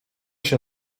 się